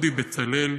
אודי בצלאל,